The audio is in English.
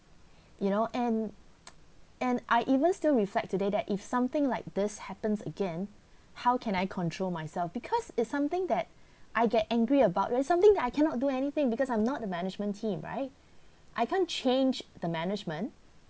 you know and and I even still reflect today that if something like this happens again how can I control myself because it's something that I get angry about and it's something that I cannot do anything because I'm not the management team right I can't change the management